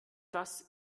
das